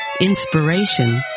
inspiration